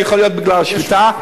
יכול להיות שבגלל השביתה.